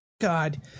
God